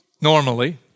normally